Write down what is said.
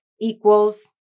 equals